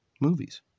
movies